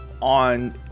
on